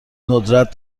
ندرت